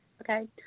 Okay